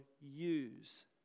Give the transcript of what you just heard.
use